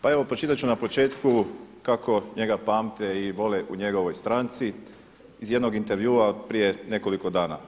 Pa evo pročitat ću na početku kako njega pamte i vole u njegovoj stranci iz jednog intervjua od prije nekoliko dana.